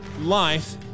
life